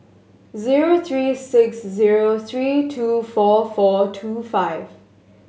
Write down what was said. zero three six zero three two four four two five